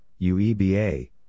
UEBA